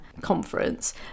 conference